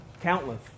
Countless